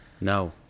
No